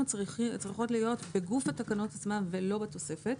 צריכות להיות בגוף התקנות עצמן ולא בתוספת.